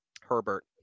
Herbert